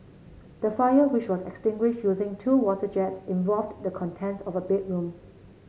the fire which was extinguished using two water jets involved the contents of a bedroom